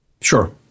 sure